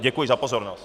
Děkuji za pozornost.